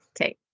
Okay